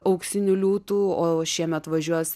auksiniu liūtu o šiemet važiuos